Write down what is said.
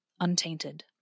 Untainted